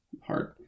hard